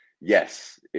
Yes